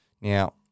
Now